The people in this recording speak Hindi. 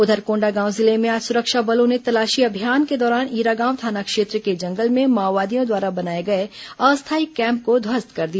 उधर कोंडागांव जिले में आज सुरक्षा बलों ने तलाशी अभियान के दौरान ईरागांव थाना क्षेत्र के जंगल में माओवादियों द्वारा बनाए गए अस्थायी कैम्प को ध्वस्त कर दिया